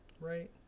right